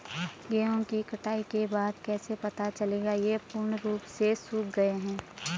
गेहूँ की कटाई के बाद कैसे पता चलेगा ये पूर्ण रूप से सूख गए हैं?